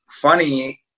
Funny